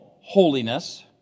holiness